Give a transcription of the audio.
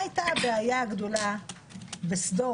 מה הייתה הבעיה הגדולה בסדום?